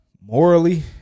Morally